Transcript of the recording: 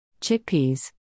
Chickpeas